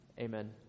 Amen